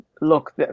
look